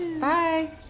Bye